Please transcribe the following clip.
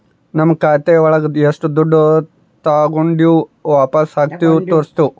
ನಮ್ ಖಾತೆ ಒಳಗ ಎಷ್ಟು ದುಡ್ಡು ತಾಗೊಂಡಿವ್ ವಾಪಸ್ ಹಾಕಿವಿ ತೋರ್ಸುತ್ತೆ